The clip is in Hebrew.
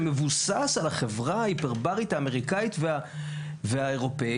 שמבוסס על החברה ההיפרברית האמריקאית והאירופאית